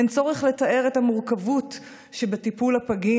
אין צורך לתאר את המורכבות שיש בטיפול בפגים